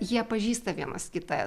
jie pažįsta vienas kitą